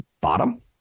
bottom